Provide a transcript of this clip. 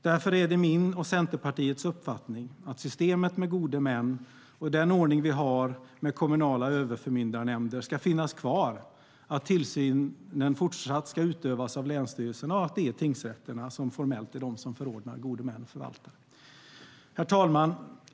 Därför är det min och Centerpartiets uppfattning att systemet med gode män och den ordning vi har med kommunala överförmyndarnämnder ska finnas kvar, att tillsynen fortsatt ska utövas av länsstyrelserna och att det är tingsrätterna som formellt förordnar gode män och förvaltare. Herr talman!